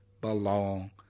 belong